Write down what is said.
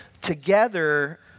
Together